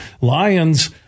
Lions